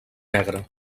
negra